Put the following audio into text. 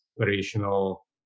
operational